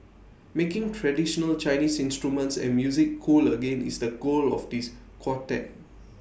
making traditional Chinese instruments and music cool again is the goal of this quartet